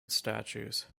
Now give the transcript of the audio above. statues